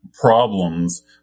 problems